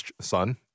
son